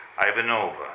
Ivanova